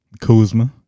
Kuzma